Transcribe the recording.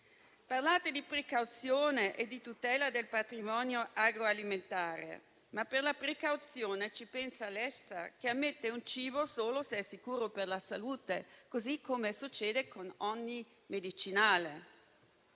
parlate di precauzione e di tutela del patrimonio agroalimentare, ma per la precauzione ci pensa l'EFSA, che ammette un cibo solo se è sicuro per la salute, così come succede con ogni medicinale.